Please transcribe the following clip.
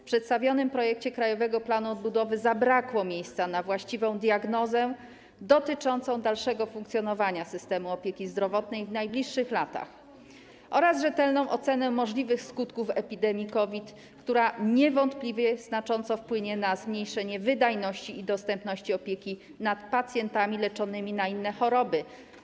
W przedstawionym projekcie krajowego planu odbudowy zabrakło miejsca na właściwą diagnozę dotyczącą dalszego funkcjonowania systemu opieki zdrowotnej w najbliższych latach oraz rzetelną ocenę możliwych skutków epidemii COVID, która niewątpliwie znacząco wpłynie na zmniejszenie wydajności i dostępności opieki nad pacjentami leczonymi na inne choroby.